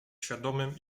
świadomym